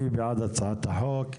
מי בעד הצעת החוק?